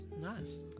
Nice